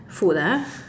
food ah